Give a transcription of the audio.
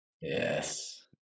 yes